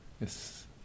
Yes